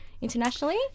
internationally